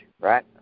right